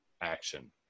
action